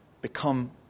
become